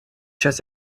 час